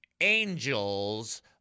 angels